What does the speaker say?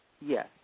Yes